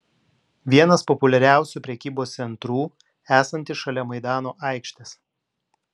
vienas populiariausių prekybos centrų esantis šalia maidano aikštės